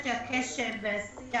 אני חושבת שהקשר והשיח